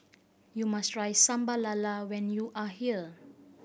you must try Sambal Lala when you are here